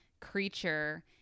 creature